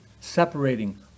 separating